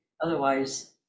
otherwise